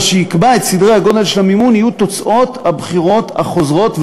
מה שיקבע את סדרי-הגודל של המימון יהיו תוצאות הבחירות החוזרות,